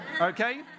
Okay